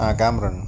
ah cameron